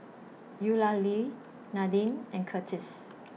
Eulalie Nadine and Curtis